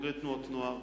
בוגרי תנועות נוער,